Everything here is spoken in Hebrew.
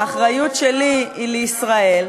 האחריות שלי היא לישראל.